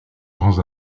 grands